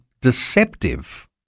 deceptive